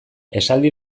esaldi